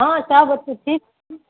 हँ सब ओतऽ ठीक छै